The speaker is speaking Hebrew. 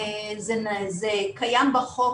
זה קיים בחוק,